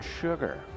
Sugar